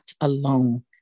alone